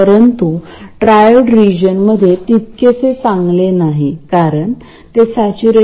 तर मूळ नोटेशनला अनुसरून मी याला C2 म्हणतो आता मी गेट बद्दल काय करावे